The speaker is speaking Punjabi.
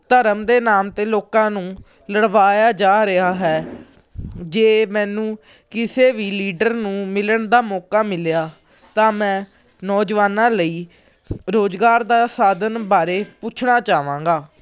ਧਰਮ ਦੇ ਨਾਮ 'ਤੇ ਲੋਕਾਂ ਨੂੰ ਲੜਵਾਇਆ ਜਾ ਰਿਹਾ ਹੈ ਜੇ ਮੈਨੂੰ ਕਿਸੇ ਵੀ ਲੀਡਰ ਨੂੰ ਮਿਲਣ ਦਾ ਮੌਕਾ ਮਿਲਿਆ ਤਾਂ ਮੈਂ ਨੌਜਵਾਨਾਂ ਲਈ ਰੁਜ਼ਗਾਰ ਦਾ ਸਾਧਨ ਬਾਰੇ ਪੁੱਛਣਾ ਚਾਹਵਾਂਗਾ